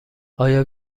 آیا